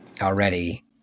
already